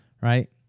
right